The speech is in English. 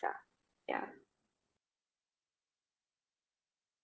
yeah yeah